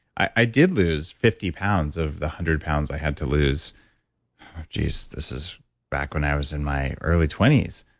i i did lose fifty pounds of the one hundred pounds i had to lose geez, this is back when i was in my early twenty s.